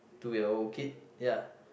two year old kid ya